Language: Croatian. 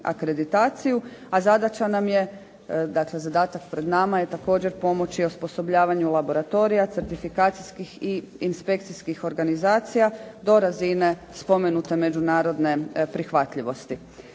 zadatak pred nama je također pomoći osposobljavanju laboratorija, certifikacijskih i inspekcijskih organizacija do razine spomenute međunarodne prihvatljivosti.